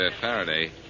Faraday